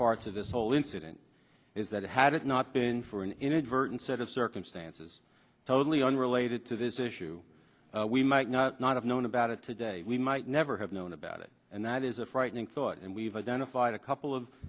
parts of this whole incident is that had it not been for an inadvertent set of circumstances totally unrelated to this issue we might not not have known about it today we might never have known about it and that is a frightening thought and we've identified a couple of